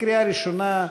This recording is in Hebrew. לקריאה ראשונה.